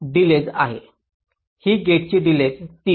ही गेटची डिलेज 3